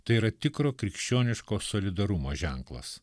tai yra tikro krikščioniško solidarumo ženklas